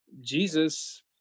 Jesus